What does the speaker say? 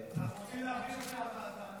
אנחנו רוצים להעביר את זה לוועדה.